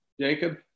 Jacob